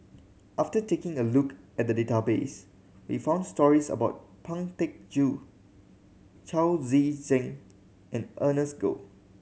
after taking a look at the database we found stories about Pang Teck Joon Chao Tzee Cheng and Ernest Goh